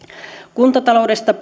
kuntataloudesta